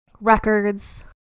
Records